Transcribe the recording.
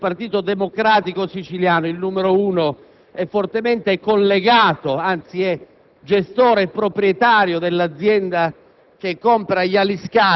La mia personale posizione è un invito, ai proponenti dei vari emendamenti e dell'ordine del giorno, a ritirarli tutti perché questo Governo